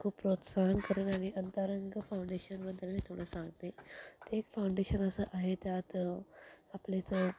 खूप प्रोत्साहन करणारी अंतरंग फाऊंडेशनबद्दल नाही का तुम्हाला सांगते ते एक फाऊंडेशन असं आहे त्यात आपलेच